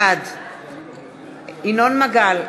בעד ינון מגל,